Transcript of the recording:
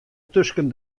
tusken